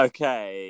Okay